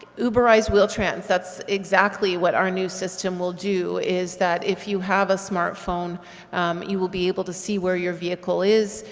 uber-ize wheel-trans, that's exactly what our new system will do is that if you have a smartphone you will be able to see where your vehicle is,